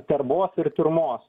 terbos ir tiurmos